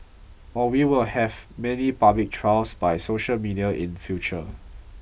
or we will have many public trials by social media in future